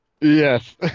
Yes